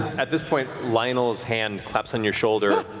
at this point, lionel's hand claps on your shoulder.